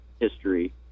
history